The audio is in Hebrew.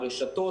הרשתות,